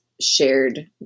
shared